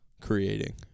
creating